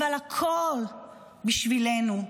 אבל הכול, בשבילנו,